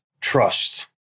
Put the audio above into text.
trust